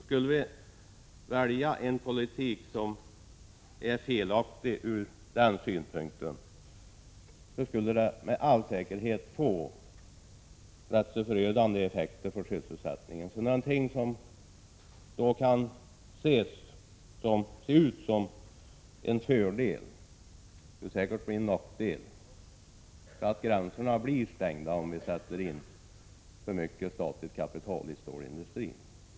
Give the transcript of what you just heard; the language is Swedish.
Skulle vi välja en politik som från den synpunkten är felaktig, skulle det med all säkerhet få rätt förödande effekter på sysselsättningen. Något som ser ut som en fördel kan säkert bli en nackdel, så att gränserna stängs, t.ex. om vi sätter in för mycket statligt kapital i stålindustrin.